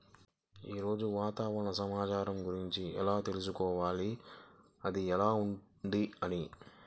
ఈరోజు వాతావరణ సమాచారం గురించి ఎలా తెలుసుకోవాలి అది ఎలా ఉంది అని?